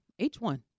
H1